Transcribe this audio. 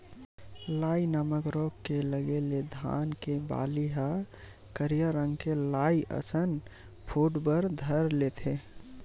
लाई नामक रोग के लगे ले धान के बाली ह करिया रंग के लाई असन फूट बर धर लेथे